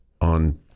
on